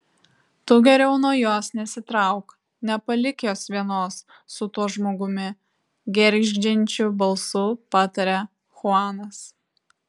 tu geriau nuo jos nesitrauk nepalik jos vienos su tuo žmogumi gergždžiančiu balsu pataria chuanas